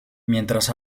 mientras